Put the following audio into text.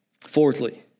Fourthly